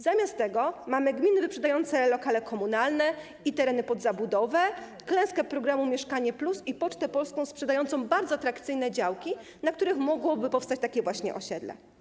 Zamiast tego mamy gminy wyprzedające lokale komunalne i tereny pod zabudowę, klęskę programu ˝Mieszkanie+˝ i Pocztę Polską sprzedającą bardzo atrakcyjne działki, na których mogłoby powstać takie właśnie osiedle.